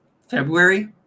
February